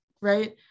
right